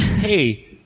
Hey